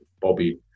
bobby